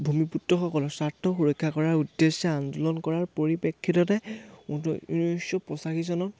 ভূমিপুত্ৰসকলৰ স্বাৰ্থ সুৰক্ষা কৰাৰ উদ্দেশ্যে আন্দোলন কৰাৰ পৰিপ্ৰেক্ষিততে ঊনৈছশ পঁচাশী চনত